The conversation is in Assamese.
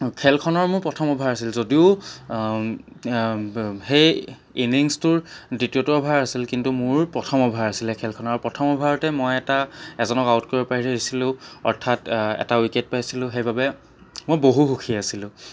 খেলখনৰ মোৰ প্ৰথম অভাৰ আছিল যদিও সেই ইনিংছটোৰ দ্বিতীয়টো অভাৰ আছিল কিন্তু মোৰ প্ৰথম অভাৰ আছিলে খেলখনৰ প্ৰথম অভাৰতে মই এটা এজনক আউট কৰিব পাৰিছিলোঁ অৰ্থাত এটা উইকেট পাইছিলোঁ সেইবাবে মই বহু সুখী আছিলোঁ